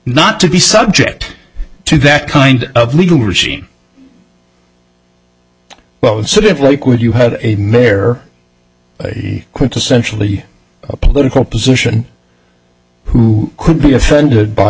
not to be subject to that kind of legal regime well and sort of like when you had a mayor quintessentially a political position who could be offended by